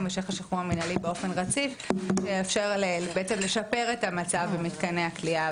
יימשך השחרור המנהלי באופן רציף שיאפשר בעצם לשפר את מצב מתקני הכליאה,